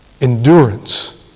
Endurance